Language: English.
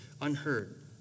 unheard